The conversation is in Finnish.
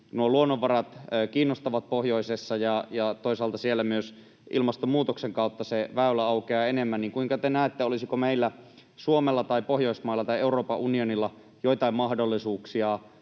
luonnonvarat kiinnostavat pohjoisessa ja kun toisaalta siellä myös ilmastonmuutoksen kautta se väylä aukeaa enemmän, niin kuinka te näette sen, olisiko meillä Suomella tai Pohjoismailla tai Euroopan unionilla joitakin mahdollisuuksia